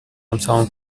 امتحان